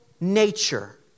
nature